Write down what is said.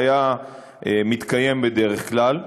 שהיה מתקיים בדרך כלל.